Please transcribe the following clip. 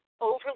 overly